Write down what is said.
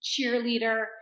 cheerleader